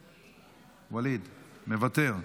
מוותר,